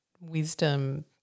wisdom